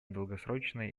долгосрочной